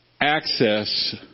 access